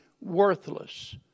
worthless